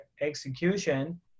execution